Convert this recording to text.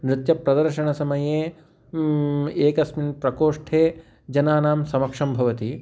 नृत्यप्रदर्शनसमये एकस्मिन् प्रकोष्ठे जनानां समक्षं भवति